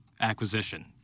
acquisition